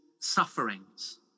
sufferings